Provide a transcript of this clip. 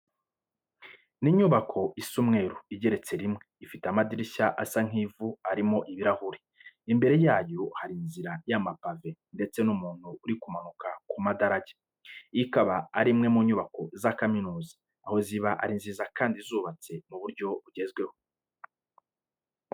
Ni inyubako isa umweru igeretse rimwe, ifite amadirishya asa nk'ivu arimo ibirahure. Imbere yayo hari inzira y'amapave ndetse n'umuntu uri kumanuka ku madarajya. Iyi ikaba ari imwe mu nyubako za kaminuza, aho ziba ari nziza kandi zubatse mu buryo bugezweho.